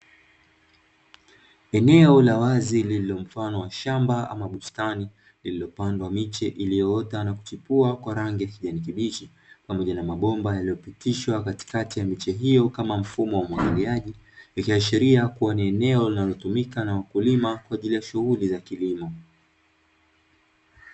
Eneo la wazi lililo mfano wa shamba ama bustani lililopandwa miche iliyoota na kuchipua kwa rangi ya kijani kibichi, pamoja na mabomba yaliyopitishwa katikati ya miche hiyo kama mfumo wa umwagiliaji; ikiashiria kuwa ni eneo linalotumika na wakulima kwa ajili ya shughuli za kilimo.